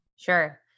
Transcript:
Sure